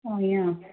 पोइ हीअं